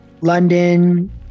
London